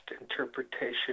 interpretation